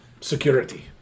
security